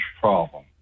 problem